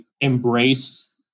embraced